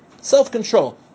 Self-control